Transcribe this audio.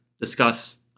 discuss